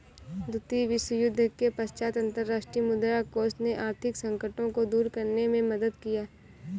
द्वितीय विश्वयुद्ध के पश्चात अंतर्राष्ट्रीय मुद्रा कोष ने आर्थिक संकटों को दूर करने में मदद किया